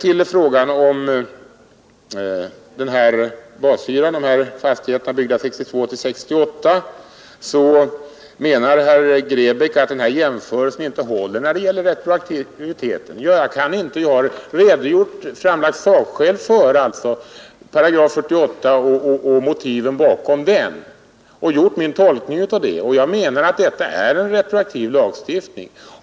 Beträffande bashyran för fastigheter byggda 1962—1968 menar herr Grebäck att jämförelse inte håller när det gäller retroaktiviteten. Men jag har framlagt sakskäl. Jag har talat om hyreslagens 48 § och motiven bakom den och gjort min tolkning av detta. Jag menar att detta är en retroaktiv lagstiftning.